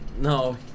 No